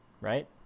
right